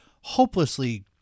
hopelessly